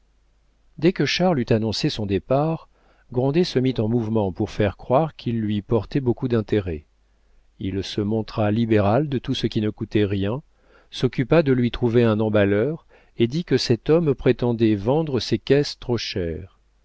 dès que charles eut annoncé son départ grandet se mit en mouvement pour faire croire qu'il lui portait beaucoup d'intérêt il se montra libéral de tout ce qui ne coûtait rien s'occupa de lui trouver un emballeur et dit que cet homme prétendait vendre ses caisses trop cher